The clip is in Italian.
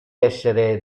essere